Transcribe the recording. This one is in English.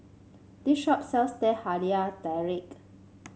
this shop sells Teh Halia Tarik